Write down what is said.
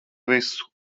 visu